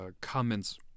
comments